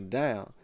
down